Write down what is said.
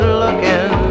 looking